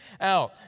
out